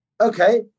Okay